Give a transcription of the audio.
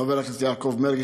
חבר הכנסת יעקב מרגי,